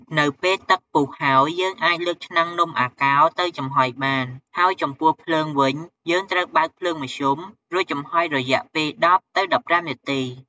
នៅពេលទឹកពុះហើយ យើងអាចលើកឆ្នាំងនំអាកោរទៅចំហុយបាន ហើយចំពោះភ្លើងវិញ យើងត្រូវបើកភ្លើងមធ្យម រួចចំហុយរយៈពេល ១០ ទៅ១៥នាទី។